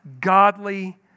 godly